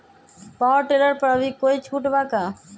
Power tiller पर अभी कोई छुट बा का?